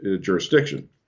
Jurisdiction